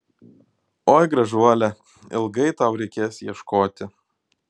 oi gražuole ilgai tau reikės ieškoti